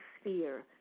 sphere